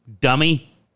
Dummy